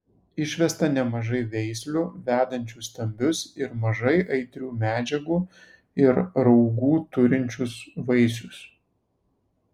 išvesta nemažai veislių vedančių stambius ir mažai aitrių medžiagų ir raugų turinčius vaisius